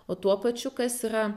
o tuo pačiu kas yra